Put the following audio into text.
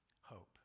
hope